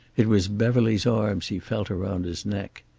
it was beverly's arms he felt around his neck.